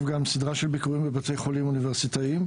גם סדרה של ביקורים בבתי חולים אוניברסיטאיים.